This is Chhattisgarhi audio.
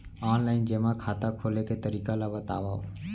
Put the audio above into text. ऑनलाइन जेमा खाता खोले के तरीका ल बतावव?